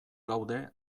gaude